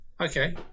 Okay